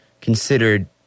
considered